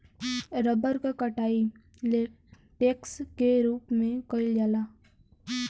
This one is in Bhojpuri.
रबर क कटाई लेटेक्स क रूप में कइल जाला